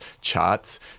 charts